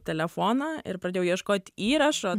telefoną ir pradėjau ieškot įrašo